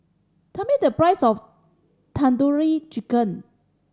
tell me the price of Tandoori Chicken